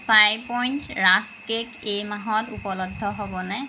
চাই point rusk cake এই মাহত উপলব্ধ হ'বনে